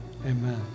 amen